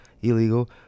illegal